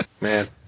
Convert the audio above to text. Man